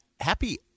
Happy